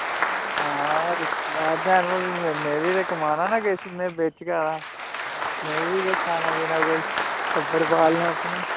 आं सनागा पर में बी कमाना नी किश में बी बिच गै में बी खाना पीना किश टब्बर पालना अपना